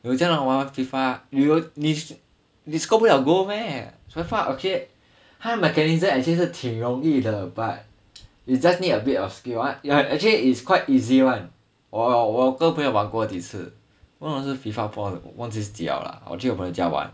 有些人玩 FIFA you will 你 score 不了 goal meh so far okay 他的 mechanism actually 是挺容易的 but it's just need a bit of skill I actually is quite easy [one] 我跟我朋友玩过几次不懂是 FIFA four 的忘记是记号的啦我去我朋友家玩